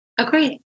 Okay